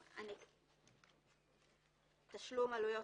הקניית העלות70יא.